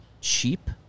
cheap